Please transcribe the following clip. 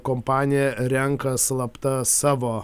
kompanija renka slapta savo